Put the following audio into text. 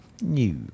New